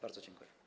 Bardzo dziękuję.